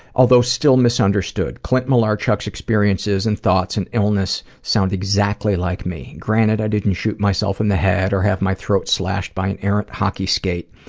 although still misunderstood. clint malarchuk's experiences and thoughts and illness sound exactly like me. granted, i didn't shoot myself in the head or have my throat slashed by an errant hockey skate,